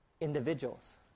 individuals